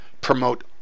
promote